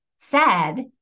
sad